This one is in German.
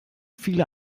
viele